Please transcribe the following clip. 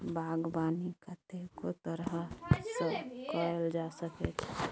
बागबानी कतेको तरह सँ कएल जा सकै छै